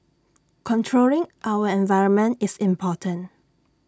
controlling our environment is important